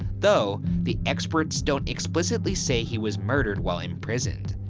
though, the experts don't explicitly say he was murdered while imprisoned.